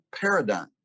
paradigm